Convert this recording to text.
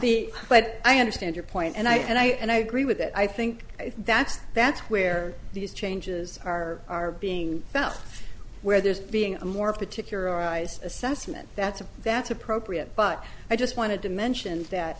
the but i understand your point and i and i and i agree with that i think that's that's where these changes are being felt where there's being a more particular eyes assessment that's a that's appropriate but i just wanted to mention that